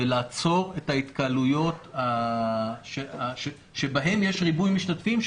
ולעצור את ההתקהלויות שבהן יש ריבוי משתתפים.